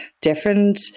different